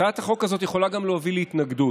הצעת החוק הזאת יכולה גם להוביל להתנגדות,